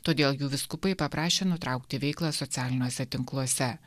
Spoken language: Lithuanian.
todėl jų vyskupai paprašė nutraukti veiklą socialiniuose tinkluose